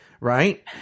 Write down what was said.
right